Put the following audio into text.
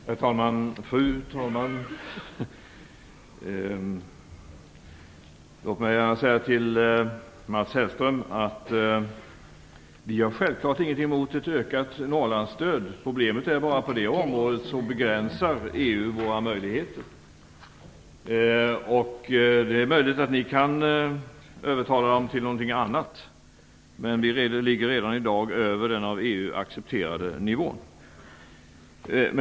Fru talman! Låt mig säga till Mats Hellström att vi självfallet inte har något emot ett ökat Norrlandsstöd. Problemet är bara att EU begränsar våra möjligheter på det området. Det är möjligt att ni kan övertala dem till något annat, men vi ligger redan i dag över den av EU accepterade nivån.